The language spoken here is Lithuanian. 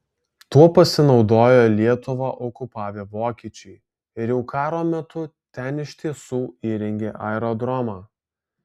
tuo pasinaudojo lietuvą okupavę vokiečiai ir jau karo metu ten iš tiesų įrengė aerodromą